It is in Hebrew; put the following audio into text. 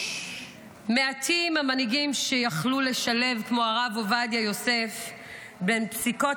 מעטים המנהיגים שיכלו לשלב כמו הרב עובדיה יוסף בין פסיקות